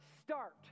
start